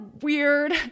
weird